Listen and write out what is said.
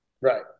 Right